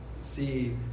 see